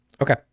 Okay